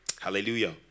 Hallelujah